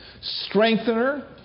strengthener